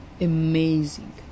Amazing